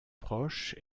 proche